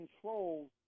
control